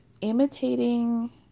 imitating